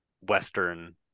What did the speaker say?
western